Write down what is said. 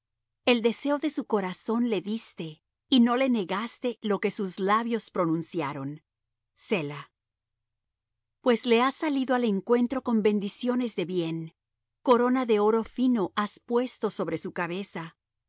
el deseo de su corazón le diste y no le negaste lo que sus labios pronunciaron selah pues le has salido al encuentro con bendiciones de bien corona de oro fino has puesto sobre su cabeza